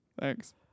Thanks